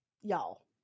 Y'all